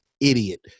Idiot